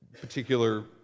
particular